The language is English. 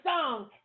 song